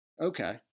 Okay